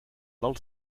del